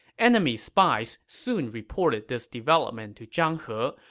enemy spies soon reported this development to zhang he,